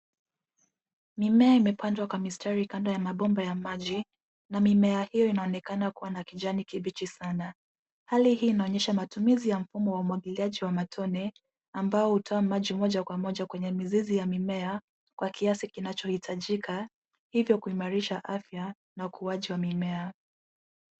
Mimea imepandwa kwa mistari kando ya mabomba ya maji na mimea hiyo inaonekana kuwa ya kijani kibichi sana. Hali hii inaonyesha matumizi ya mfumo wa umwagiliaji wa matone, ambao hutoa maji moja kwa moja kwenye mizizi ya mimea kwa kiasi kinachohitajika, hivyo kuimarisha afya na ukuaji wa mimea.